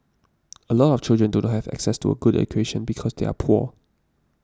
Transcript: a lot of children do not have access to a good education because they are poor